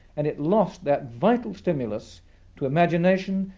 and it lost that vital stimulus to imagination,